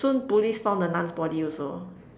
soon police found the nun's body also